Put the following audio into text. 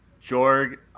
Jorg